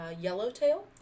yellowtail